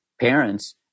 parents